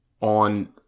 on